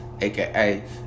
aka